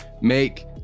make